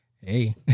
hey